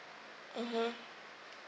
mmhmm